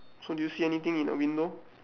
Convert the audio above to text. so do you see anything in the window